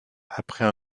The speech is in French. après